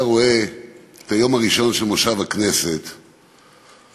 רואה ביום הראשון של מושב הכנסת שדנים,